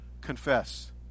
confess